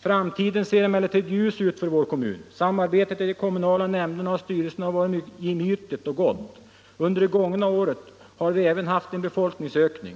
Framtiden ser emellertid ljus ut för vår kommun. Samarbetet i de kommunala nämnderna och styrelserna har varit gemytligt och gott. Under det gångna året har vi även haft en befolkningsökning.